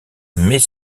met